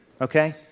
okay